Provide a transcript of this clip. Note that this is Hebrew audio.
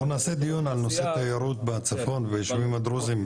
אנחנו נעשה דיון על נושא תיירות בצפון ביישובים הדרוזים בנפרד.